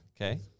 Okay